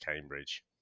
Cambridge